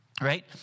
Right